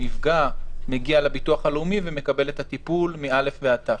הנפגע מגיע לביטוח הלאומי ומקבל את הטיפול מא' עד ת'.